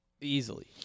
easily